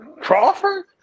Crawford